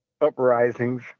uprisings